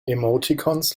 emoticons